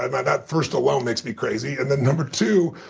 and that first alone makes me crazy. and number two,